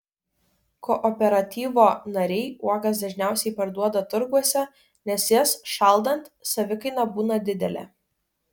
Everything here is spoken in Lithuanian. kooperatyvo nariai uogas dažniausiai parduoda turguose nes jas šaldant savikaina būna didelė